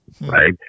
right